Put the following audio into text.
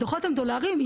הדו"חות הם דולריים,